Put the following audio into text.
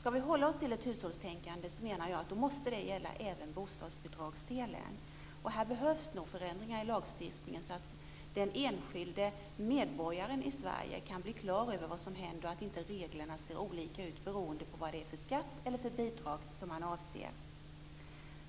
Skall vi hålla oss till ett hushållstänkande måste det gälla även bostadsbidragsdelen. Här behövs nog förändringar i lagstiftningen så att den enskilde medborgaren i Sverige kan bli klar över vad som händer och att reglerna inte ser olika ut beroende på vad det är för skatt eller bidrag som avses.